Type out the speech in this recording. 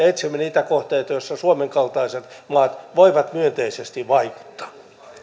etsimme niitä kohteita joissa suomen kaltaiset maat voivat myönteisesti vaikuttaa